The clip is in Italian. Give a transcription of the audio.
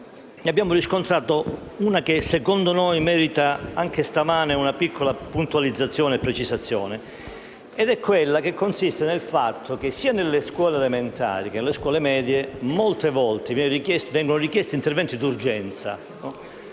abbiamo riscontrata una che, secondo noi, merita anche oggi una piccola precisazione ed è quella relativa al fatto che sia nelle scuole elementari che nelle scuole medie molte volte vengono richiesti interventi d'urgenza,